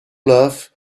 love